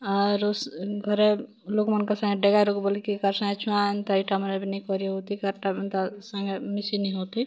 ଆରୁ ଘରେ ଲୋକ୍ ମାନ୍ଙ୍କର୍ ସାଙ୍ଗେ ଡେଗା ରୋଗ୍ ବୋଲି କେହି କାହାର୍ ସାଙ୍ଗେ ଛୁଆଁ ଏନ୍ତା ଇ'ଟା ମାନେ ବି ନେଇ କରି ହେଉଥାଇ କାହାର୍ଟା ମାନେ ତା'ର୍ ସାଙ୍ଗେ ମିଶି ନି ହେଉଥାଇ